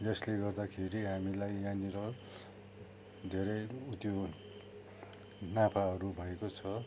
यसले गर्दाखेरि हामीलाई यहाँनिर धेरै उत्यो नाफाहरू भएको छ